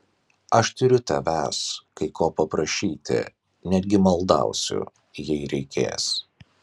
aš turiu tavęs kai ko paprašyti netgi maldausiu jei reikės